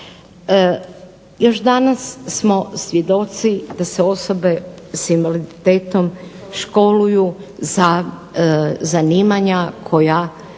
Još danas smo svjedoci da se osobe sa invaliditetom školuju za zanimanja koja